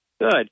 Good